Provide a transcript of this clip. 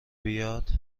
بیاد